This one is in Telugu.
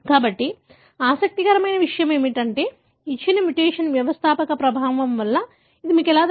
కాబట్టి ఆసక్తికరమైన విషయం ఏమిటంటే ఇచ్చిన మ్యుటేషన్ వ్యవస్థాపక ప్రభావం వల్ల అని మీకు ఎలా తెలుసు